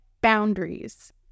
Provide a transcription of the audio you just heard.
boundaries